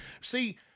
See